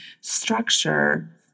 structure